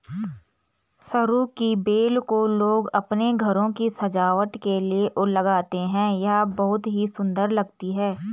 सरू की बेल को लोग अपने घरों की सजावट के लिए लगाते हैं यह बहुत ही सुंदर लगती है